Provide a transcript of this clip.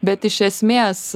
bet iš esmės